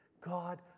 God